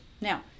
Now